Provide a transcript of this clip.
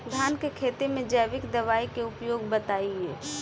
धान के खेती में जैविक दवाई के उपयोग बताइए?